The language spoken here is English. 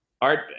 Art